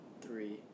three